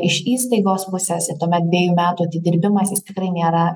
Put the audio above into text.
iš įstaigos pusės ir tuomet dvejų metų atidirbimas jis tikrai nėra